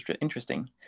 interesting